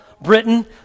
Britain